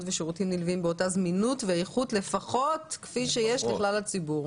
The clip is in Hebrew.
ושירותים נלווים באותה זמינות ואיכות לפחות כפי שיש לכלל הציבור